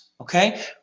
okay